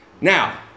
Now